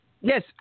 Yes